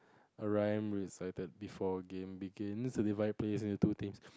Orion is excited before game begins divide players into two teams